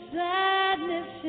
sadness